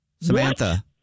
Samantha